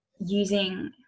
using